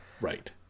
Right